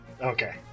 Okay